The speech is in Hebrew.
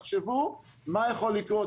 תחשבו מה יכול לקרות,